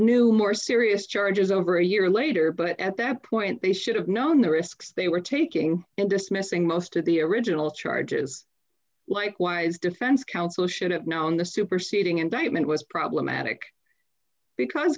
new more serious charges over a year later but at that point they should have known the risks they were taking and dismissing most of the original charges likewise defense counsel should have known the superseding indictment was problematic because